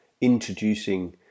introducing